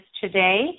Today